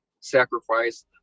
sacrifice